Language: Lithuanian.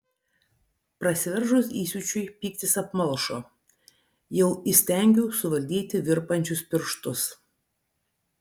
prasiveržus įsiūčiui pyktis apmalšo jau įstengiau suvaldyti virpančius pirštus